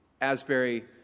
Asbury